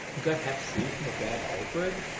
got hep c from a bad dope rig